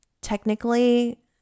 technically